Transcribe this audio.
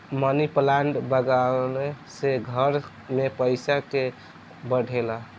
मनी plant लागवे से घर में पईसा के बढ़ेला